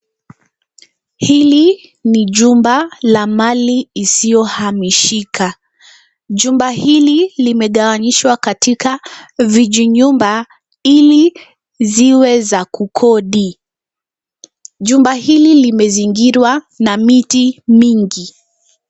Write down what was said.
Hili ni jumba la mali isiyohamishika. Jumba hili limegawanyishwa katika vijinyumba ili ziwe za kukodi. Jumba hili limezingirwa na miti mingi.